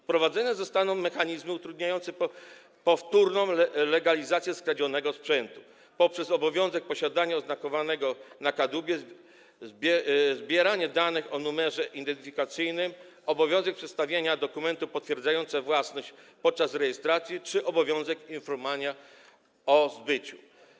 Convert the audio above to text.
Wprowadzone zostaną mechanizmy utrudniające powtórną legalizację skradzionego sprzętu poprzez obowiązek posiadania oznakowania na kadłubie, zbierania danych o numerze identyfikacyjnym, przedstawiania dokumentu potwierdzającego własność podczas rejestracji czy informowania o zbyciu.